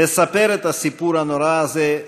לספר את הסיפור הנורא הזה,